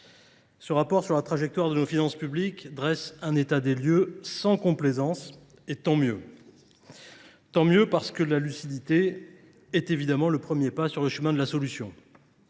Ce rapport sur la trajectoire de nos finances publiques dresse un état des lieux sans complaisance, et tant mieux. Tant mieux parce que la lucidité est évidemment le premier pas sur le chemin de la solution.